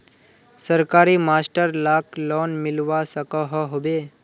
सरकारी मास्टर लाक लोन मिलवा सकोहो होबे?